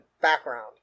background